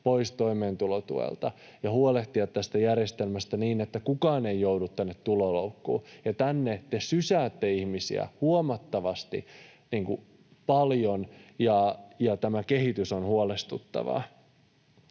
pois toimeentulotuelta ja huolehtia tästä järjestelmästä niin, että kukaan ei joudu tänne tuloloukkuun, ja tänne te sysäätte ihmisiä huomattavan paljon — ja tämä kehitys on huolestuttavaa.